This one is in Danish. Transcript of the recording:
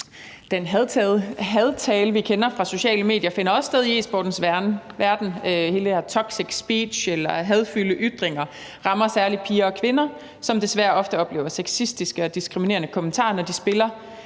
Den hadtale, vi kender fra sociale medier, finder også sted i e-sportens verden. Hele det her toxic speech – eller hadfyldte ytringer – rammer særlig piger og kvinder, som desværre ofte oplever sexistiske og diskriminerende kommentarer, når de spiller.